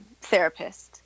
therapist